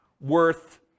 worth